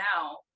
now